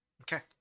Okay